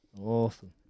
awesome